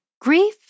Grief